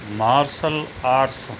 martial arts